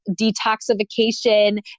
detoxification